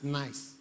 nice